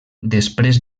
després